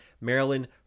Maryland